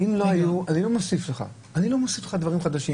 אני לא מוסיף לך דברים חדשים.